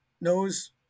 knows